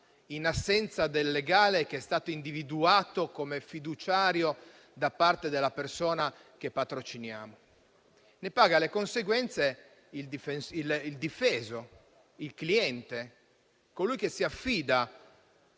in assenza del legale che è stato individuato come fiduciario da parte della persona patrocinata? Ne paga le conseguenze il difeso, il cliente, ossia colui che si affida